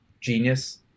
genius